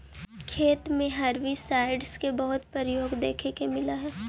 खेत में हर्बिसाइडस के बहुत प्रयोग देखे के मिलऽ हई